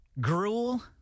Gruel